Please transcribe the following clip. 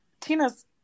Tina's